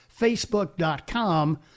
facebook.com